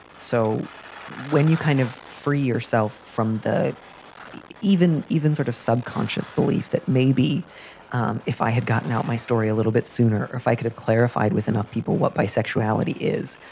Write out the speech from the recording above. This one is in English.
so when you kind of free yourself from the even even sort of subconscious belief that maybe um if i had gotten out my story a little bit sooner or if i could have clarified with enough people what bisexuality is,